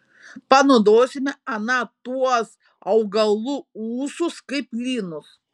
panaudosime ana tuos augalų ūsus kaip lynus